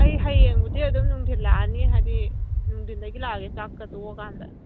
ꯑꯩ ꯍꯌꯦꯡꯕꯨꯗꯤ ꯑꯗꯨꯝ ꯅꯨꯡꯊꯤꯜ ꯂꯥꯛꯑꯅꯤ ꯍꯥꯏꯕꯗꯤ ꯅꯨꯡꯊꯤꯟꯗꯒꯤ ꯂꯥꯛꯑꯒꯦ ꯆꯥꯛꯀ ꯇꯣꯛꯂꯀꯥꯟꯗ